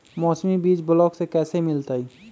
मौसमी बीज ब्लॉक से कैसे मिलताई?